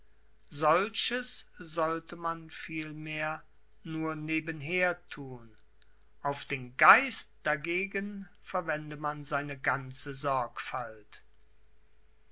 solches sollte man vielmehr nur nebenher thun auf den geist dagegen verwende man seine ganze sorgfalt